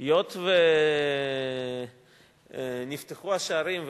היות שנפתחו השערים,